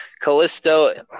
Callisto